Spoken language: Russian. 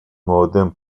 молодым